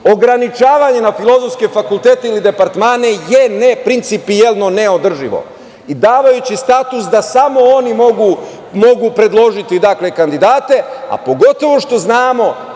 Ograničavanje na filozofske fakultete ili departmane je neprincipijelno neodrživo i davajući status da samo oni mogu predložiti kandidate, a pogotovo što znamo